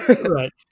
right